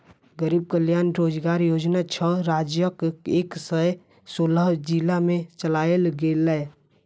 गरीब कल्याण रोजगार योजना छह राज्यक एक सय सोलह जिला मे चलायल गेलै